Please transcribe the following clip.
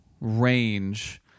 range